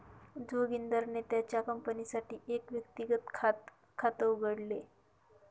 जोगिंदरने त्याच्या कंपनीसाठी एक व्यक्तिगत खात उघडले